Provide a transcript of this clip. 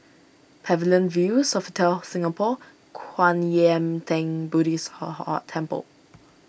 Pavilion View Sofitel Singapore Kwan Yam theng Buddhist hall Temple